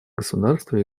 государства